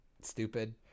stupid